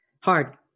Hard